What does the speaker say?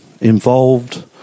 involved